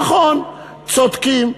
נכון, צודקים.